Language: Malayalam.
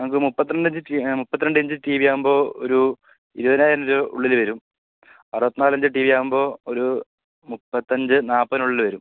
നമുക്ക് മുപ്പത്തി രണ്ട് ഇഞ്ച് ടി മുപ്പത്തി രണ്ട് ഇഞ്ച് ടിവി യാകുമ്പോൾ ഒരു ഇരുപതിനായിരം രൂപ ഉള്ളില് വരും അറുപത്തിനാല് ഇഞ്ച് ടീവിയാകുമ്പോൾ ഒരു മുപ്പത്തഞ്ച് നാപ്പതിനുള്ളില് വരും